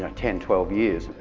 ten twelve years.